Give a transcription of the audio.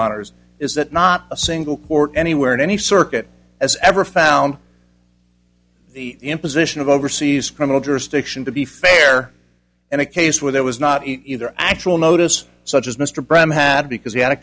honour's is that not a single court anywhere in any circuit as ever found the imposition of overseas criminal jurisdiction to be fair and a case where there was not either actual notice such as mr brehm had because he had a